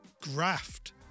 graft